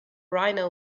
rhino